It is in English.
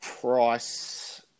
price